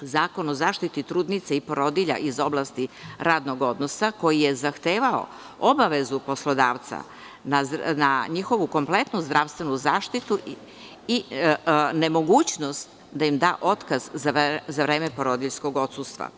Zakon o zaštiti trudnica i porodilja iz oblasti radnog odnosa, koji je zahtevao obavezu poslodavca na njihovu kompletnu zdravstvenu zaštitu i nemogućnost da im da otkaz za vreme porodiljskog odsustva.